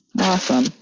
Awesome